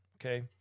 okay